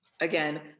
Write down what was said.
again